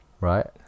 Right